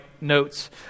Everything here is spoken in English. notes